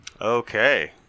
Okay